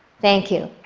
thank you.